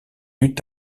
eut